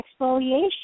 exfoliation